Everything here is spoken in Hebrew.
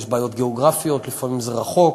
יש בעיות גיאוגרפיות: לפעמים זה רחוק.